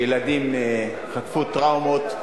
שילדים חטפו טראומות.